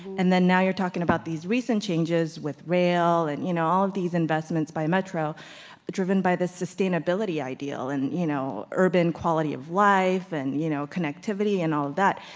and then now you're talking about these recent changes with rail and you know all of these investments by metro driven by the sustainability ideal. and you know urban quality of life and you know connectivity and all that.